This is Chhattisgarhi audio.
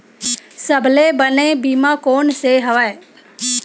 सबले बने बीमा कोन से हवय?